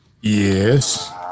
Yes